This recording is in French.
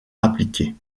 appliqués